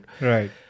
Right